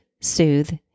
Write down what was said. soothe